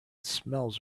smells